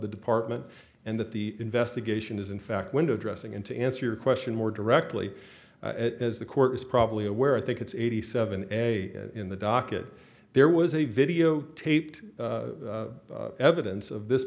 the department and that the investigation is in fact window dressing and to answer your question more directly as the court was probably aware i think it's eighty seven and a in the docket there was a videotaped evidence of this